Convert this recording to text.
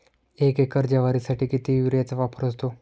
एक एकर ज्वारीसाठी किती युरियाचा वापर होतो?